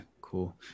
cool